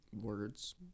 words